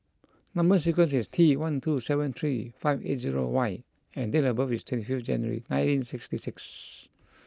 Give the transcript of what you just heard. number sequence is T one two seven three five eight zero Y and date of birth is twenty fifth January nineteen sixty six